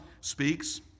speaks